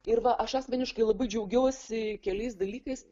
ir va aš asmeniškai labai džiaugiuosi keliais dalykais